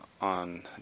on